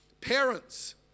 parents